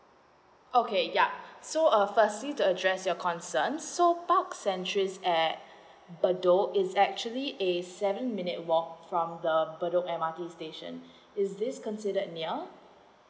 okay yeah so uh firstly to address your concern so park centuries at bedok is actually a seven minute walk from the bedok M_R_T station is this considered near